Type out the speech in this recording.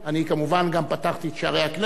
אני כמובן גם פתחתי את שערי הכנסת,